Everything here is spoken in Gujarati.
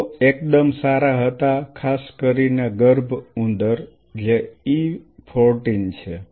તેઓ એકદમ સારા હતા ખાસ કરીને ગર્ભ ઉંદર જે E 14 છે